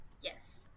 Yes